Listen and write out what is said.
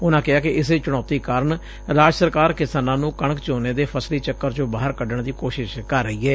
ਉਨੂਂ ਕਿਹਾ ਕਿ ਇਸੇ ਚੁਣੌਤੀ ਕਾਰਨ ਰਾਜ ਸਰਕਾਰ ਕਿਸਾਨਾਂ ਨੂੰ ਕਣਕ ਝੋਨੇ ਦੇ ਫਸਲੀ ਚੱਕਰ ਚੋਂ ਬਾਹਰ ਕੱਢਣ ਦੀ ਕੋਸ਼ਿਸ਼ ਕਰ ਰਹੀ ਏ